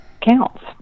counts